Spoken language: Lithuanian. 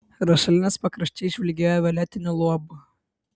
rašalinės pakraščiai žvilgėjo violetiniu luobu